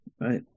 right